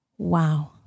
Wow